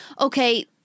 okay